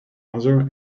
another